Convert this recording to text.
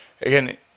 again